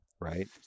right